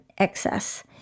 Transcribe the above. Excess